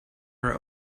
are